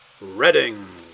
Reading